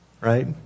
right